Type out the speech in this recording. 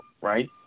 right